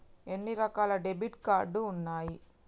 ఎన్ని రకాల debit card ఉన్నాయి?